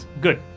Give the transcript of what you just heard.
Good